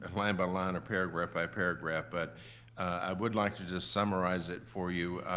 ah line by line or paragraph by paragraph, but i would like to just summarize it for you.